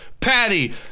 Patty